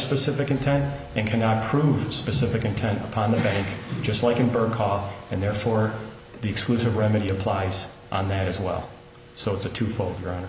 specific intent and cannot prove specific intent upon the bank just like in burma cough and therefore the exclusive remedy applies on that as well so it's a two fold aro